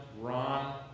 Ron